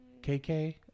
KK